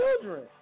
children